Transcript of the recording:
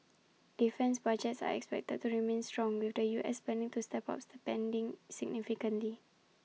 defence budgets are expected to remain strong with the U S planning to step up spending significantly